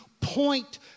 point